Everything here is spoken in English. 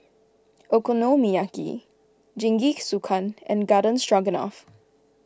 Okonomiyaki Jingisukan and Garden Stroganoff